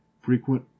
frequent